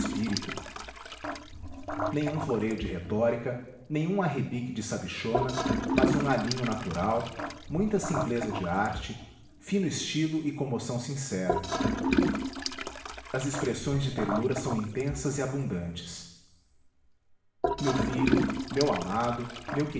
espírito nenhum floreio de retórica nenhum arrebique de sabichona mas um alinho natural muita simpleza de arte fino estilo e comoção sincera as expressões de ternura são intensas e abundantes meu filho meu amado meu